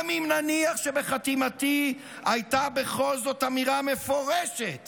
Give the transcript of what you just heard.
גם אם נניח שבחתימתי הייתה בכל זאת אמירה מפורשת